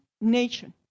nation